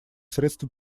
средство